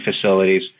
facilities